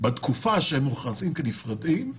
בתקופה שהם מוכרזים כנפרדים,